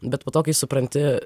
bet po to kai supranti